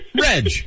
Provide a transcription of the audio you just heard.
Reg